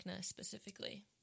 specifically